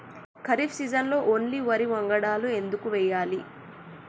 ఖరీఫ్ సీజన్లో ఓన్లీ వరి వంగడాలు ఎందుకు వేయాలి?